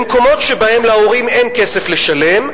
במקומות שבהם להורים אין כסף לשלם,